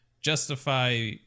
justify